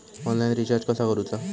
Online recharge कसा करूचा?